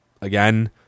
again